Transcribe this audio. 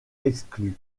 exclue